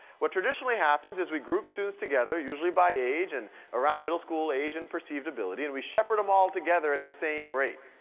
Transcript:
what traditionally happens is we group students together, usually by age, and around middle school age and perceived ability, and we shepherd them all together at the same rate.